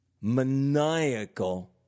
maniacal